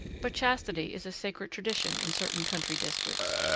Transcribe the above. but chastity is a sacred tradition in certain country districts,